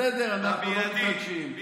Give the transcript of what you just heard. אבל בסדר, אנחנו לא מתרגשים.